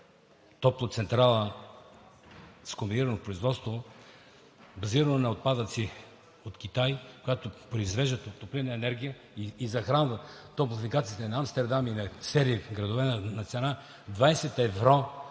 топлоцентрала с комбинирано производство, базирано на отпадъци от Китай, която произвежда топлинна енергия и захранва топлофикациите на Амстердам и на серия градове на цена 20 евро